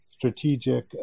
strategic